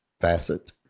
facet